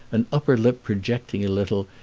and upper lip projecting a little,